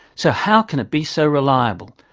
so how can it be so reliable?